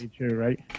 Right